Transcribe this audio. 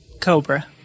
Cobra